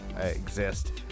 exist